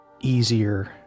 easier